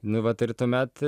nu vat ir tuomet